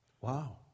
Wow